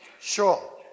sure